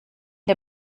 der